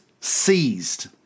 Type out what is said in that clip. seized